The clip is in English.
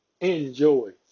enjoy